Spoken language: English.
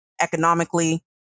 economically